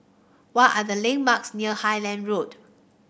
what are the landmarks near Highland Road